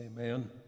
amen